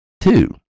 Two